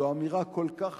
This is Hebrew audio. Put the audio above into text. זו אמירה כל כך חשובה,